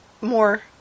more